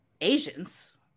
Asians